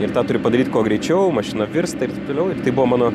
ir tą turi padaryt kuo greičiau mašina apvirs ir taip toliau ir tai buvo mano